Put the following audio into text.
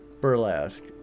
burlesque